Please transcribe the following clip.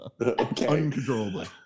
Uncontrollably